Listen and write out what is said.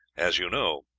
as you know,